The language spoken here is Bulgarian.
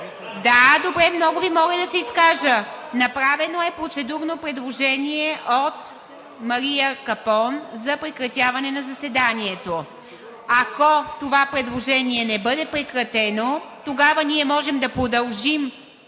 Да, добре. Много Ви моля да се изкажа. Направено е процедурно предложение от Мария Капон за прекратяване на заседанието. Ако това предложение не бъде прието, тогава ние можем да продължим